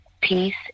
Peace